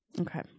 Okay